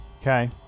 Okay